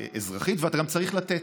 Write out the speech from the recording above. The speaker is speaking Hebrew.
האזרחית, ואתה צריך גם לתת.